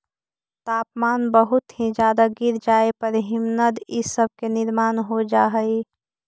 तापमान बहुत ही ज्यादा गिर जाए पर हिमनद इ सब के निर्माण हो जा हई